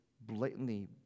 blatantly